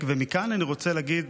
מכאן אני רוצה להגיד